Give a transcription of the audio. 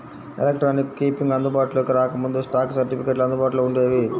electronic keeping అందుబాటులోకి రాకముందు, stock సర్టిఫికెట్లు అందుబాటులో వుండేవి